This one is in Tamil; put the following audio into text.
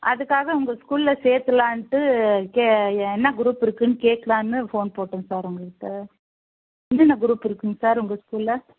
அதுக்காக உங்கள் ஸ்கூலில் சேர்த்துலான்ட்டு என்ன குரூப் இருக்குதுன்னு கேட்கலான்னு ஃபோன் போட்டேன் சார் உங்களுக்கு என்னென்ன குரூப் இருக்குங்க சார் உங்கள் ஸ்கூலில்